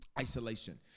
isolation